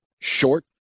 short